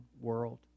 world